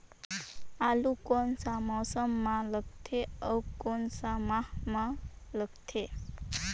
आलू कोन सा मौसम मां लगथे अउ कोन सा माह मां लगथे?